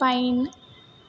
pine